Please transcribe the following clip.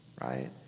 Right